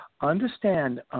understand